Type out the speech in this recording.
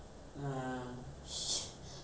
she's in like jail lah